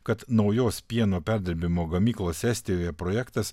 kad naujos pieno perdirbimo gamyklos estijoje projektas